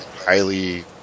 highly